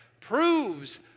proves